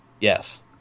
Yes